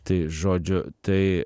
tai žodžiu tai